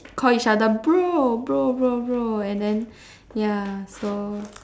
call each other bro bro bro bro and then ya so